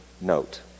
note